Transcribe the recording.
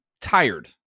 tired